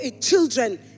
children